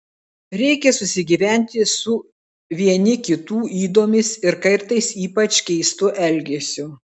reikia susigyventi su vieni kitų ydomis ir kartais ypač keistu elgesiu